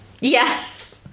Yes